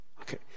Okay